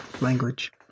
language